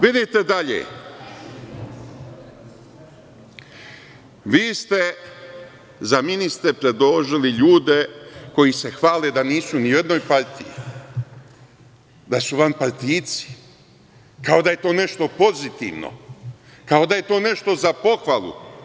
Vidite dalje, vi ste za ministre predložili ljude koji se hvale da nisu ni u jednoj partiji, da su vanpartijci, kao da je to nešto pozitivno, kao da je to nešto za pohvalu.